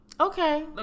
Okay